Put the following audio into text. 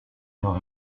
leur